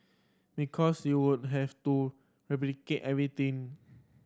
because you would have to replicate everything